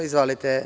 Izvolite.